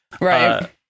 right